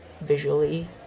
visually